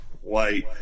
white